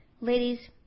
Ladies